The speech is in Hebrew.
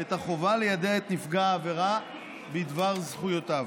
את החובה ליידע את נפגע העבירה בדבר זכויותיו.